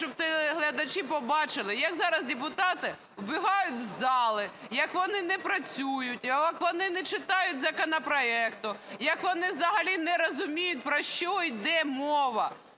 щоб телеглядачі побачили, як зараз убегают з зали, як вони не працюють, як вони не читають законопроекти, як вони взагалі не розуміють, про що йде мова.